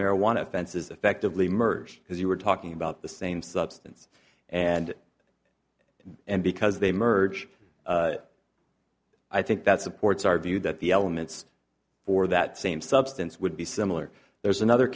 marijuana offenses effectively murders because you were talking about the same substance and and because they merge i think that supports our view that the elements for that same substance would be similar there's another